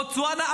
בוטסואנה,